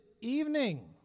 evening